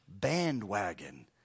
bandwagon